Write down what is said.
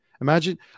Imagine